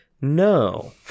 No